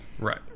Right